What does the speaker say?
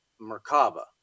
Merkaba